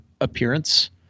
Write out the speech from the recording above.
appearance